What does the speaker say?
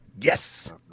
Yes